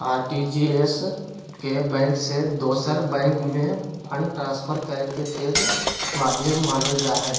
RTGS एक bank से दोसर बैंक में फंड ट्रांसफर करे के तेज माध्यम मानल जा हय